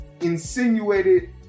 insinuated